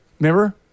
remember